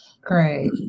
Great